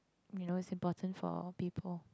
you know it's important for people